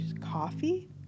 Coffee